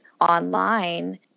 online